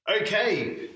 Okay